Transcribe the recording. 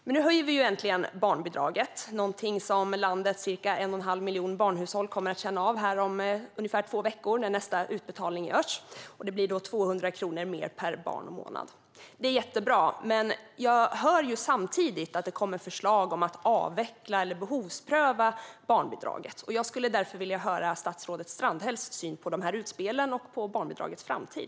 Men nu höjer vi äntligen barnbidraget - någonting som landets ca 1 1⁄2 miljon barnhushåll kommer att känna av om ungefär två veckor när nästa utbetalning görs. Det blir då 200 kronor mer per barn och månad. Det är jättebra, men jag hör samtidigt att det kommer förslag om att avveckla eller behovspröva barnbidraget. Jag skulle därför vilja höra statsrådet Strandhälls syn på dessa utspel och på barnbidragets framtid.